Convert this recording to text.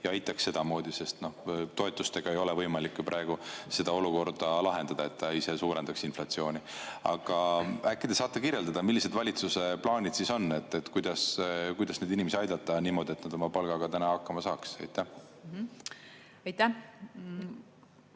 Mina aitaksin sedamoodi, sest toetustega ei ole võimalik praegu seda olukorda lahendada, [need ju] suurendaks inflatsiooni. Aga äkki te saate kirjeldada, millised on valitsuse plaanid, kuidas aidata neid inimesi niimoodi, et nad oma palgaga hakkama saaks? Aitäh!